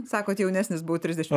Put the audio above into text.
sakot jaunesnis buvot trisdešim